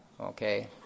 okay